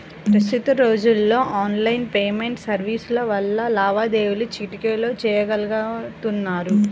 ప్రస్తుత రోజుల్లో online payment సర్వీసుల వల్ల లావాదేవీలు చిటికెలో చెయ్యగలుతున్నారు